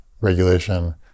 regulation